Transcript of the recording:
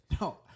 No